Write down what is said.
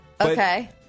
Okay